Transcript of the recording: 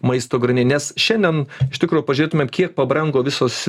maisto grandines šiandien iš tikro pažiūrėtumėm kiek pabrango visos